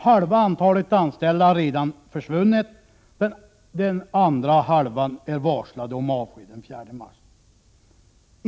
Halva antalet anställda har redan försvunnit, den andra halvan är varslad om avsked den 4 mars.